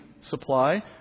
supply